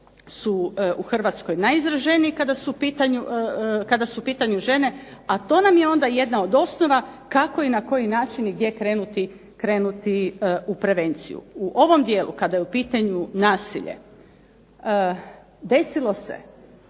su u Hrvatskoj najizraženije kada su u pitanju žene, a to nam je onda jedna od osnova kako i na koji način i gdje krenuti u prevenciju. U ovom dijelu kada je u pitanju nasilje, desilo se